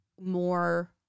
more